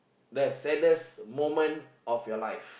the saddest moment of your life